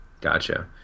Gotcha